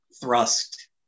thrust